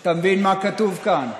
אתה מבין מה כתוב כאן?